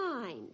mind